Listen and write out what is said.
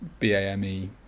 BAME